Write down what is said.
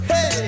Hey